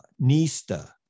Nista